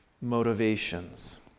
motivations